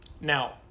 Now